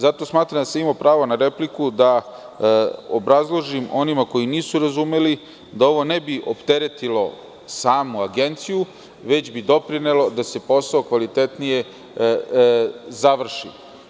Zato smatram da sam imao pravo na repliku da obrazložimo onima koji nisu razumeli da ovo ne bi opteretilo samo agenciju već bi doprinelo da se posao kvalitetnije završi.